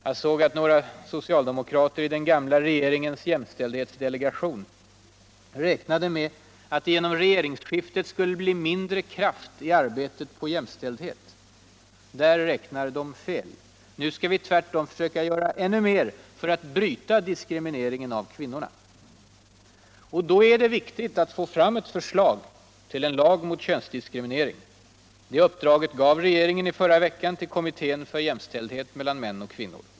Jag såg att några socialdemokrater i den gamla regeringens jämställdhetsdelegation räknade med att det genom regeringsskiftet skulle bli mindre kraft i arbetet på jämställdher. Där räknar de fel. Nu skall vi ivärtom försöka göra ännu mer för att bryta diskrimineringen av kvinnorna. Det är då viktigt atti få fram förslag tvill en lag mot könsdiskriminering. Det uppdraget gav regeringen i förra veckan till kommittén för jämställdhet mellan män och kvinnor.